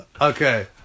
Okay